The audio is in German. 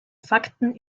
fakten